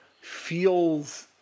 feels